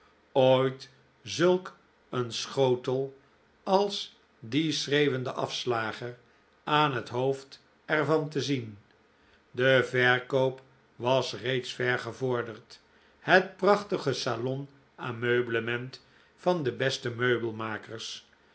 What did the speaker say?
ooit zulk een schotel als dien schreeuwenden afslager aan het hoofd er van te zien de verkoop was reeds ver gevorderd het prachtige salon ameublement van de beste meubelmakers